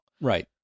Right